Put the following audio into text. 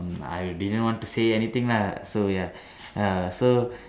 I didn't want to say anything lah so ya uh so